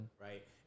right